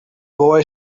boy